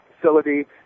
facility